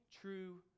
true